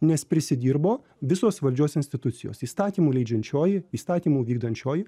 nes prisidirbo visos valdžios institucijos įstatymų leidžiančioji įstatymų vykdančioji